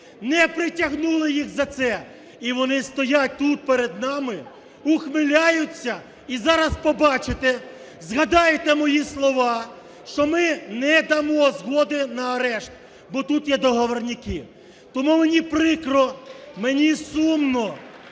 не притягнули їх за це. І вони стоять тут перед нами, ухмиляються. І зараз побачите, згадаєте мої слова, що ми не дамо згоди на арешт, бо тут є договорняки. Тому мені прикро, мені сумно,